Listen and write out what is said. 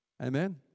Amen